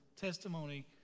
testimony